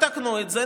תתקנו את זה,